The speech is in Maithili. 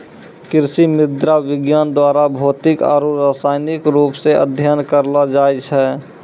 कृषि मृदा विज्ञान द्वारा भौतिक आरु रसायनिक रुप से अध्ययन करलो जाय छै